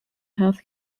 health